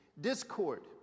discord